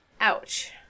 Ouch